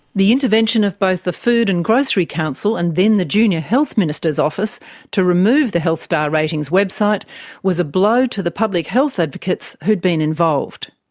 the intervention of both the food and grocery council, and then the junior health minister's office to remove the health star ratings website was a blow to the public health advocates who'd been involved.